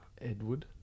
Edward